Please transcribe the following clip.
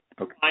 Okay